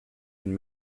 and